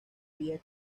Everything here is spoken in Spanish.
había